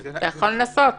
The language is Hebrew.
אתה יכול לנסות.